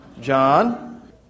John